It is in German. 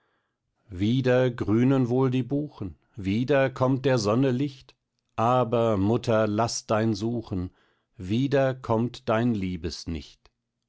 wieder grünen wohl die buchen wieder kommt der sonne licht aber mutter laß dein suchen wieder kommt dein liebes nicht